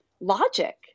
logic